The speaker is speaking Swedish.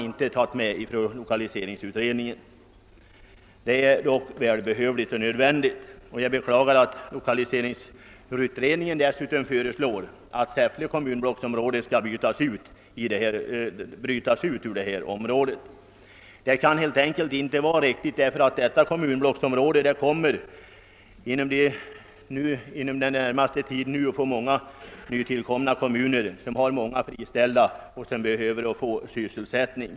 Detta föreslår dock inte lokaliseringsutredningen, men jag anser fortfarande denna sammanslagning vara riktig och välbehövlig. Dessutom föreslår lokaliseringsutredningen — något som jag också beklagar — att Säffle kommunblocksområde skall brytas ut ur norra stödområdet. Detta kan helt enkelt inte vara riktigt, ty detta kommunblocksområde kommer inom den närmaste tiden att få ett tillskott av kommuner, som har många friställda som måste beredas sysselsättning.